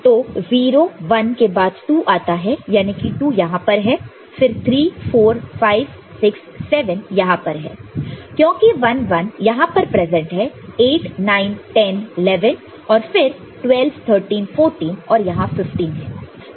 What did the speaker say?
तो 0 1 के बाद 2 आता है यानी कि 2 यहां पर है फिर 3 4 5 6 7 यहां पर है क्योंकि 1 1 यहां पर प्रजेंट है 8 9 10 11और फिर 12 13 14 और यहां 15 है